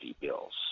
bills